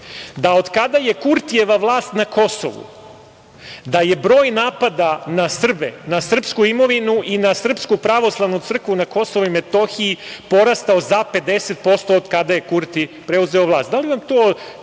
da otkada je Kurtijeva vlast na Kosovu da je broj napada na Srbe, na srpsku imovinu i na Srpsku Pravoslavnu Crkvu na KiM porastao za 50% od kada je Kurti preuzeo vlast. Da